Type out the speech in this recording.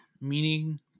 meaning